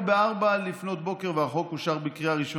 ההצבעה כבר הייתה פה ב-04:00 והחוק אושר בקריאה ראשונה,